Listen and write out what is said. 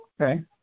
Okay